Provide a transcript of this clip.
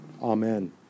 amen